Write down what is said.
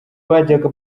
bajyaga